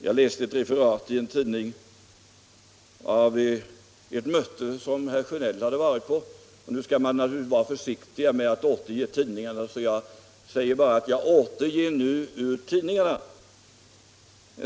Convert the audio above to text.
Jag läste i en tidning ett referat av ett möte som herr Sjönell hade deltagit i. Nu skall man vara försiktig i fråga om vad som står i tidningar, så jag säger bara att jag återger ur tidningarna.